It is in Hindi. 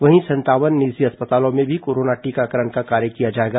वहीं संतावन निजी अस्पतालों में भी कोरोना टीकाकरण का कार्य किया जाएगा